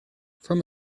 from